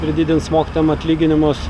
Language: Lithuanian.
ir didins mokytojam atlyginimus